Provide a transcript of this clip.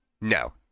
no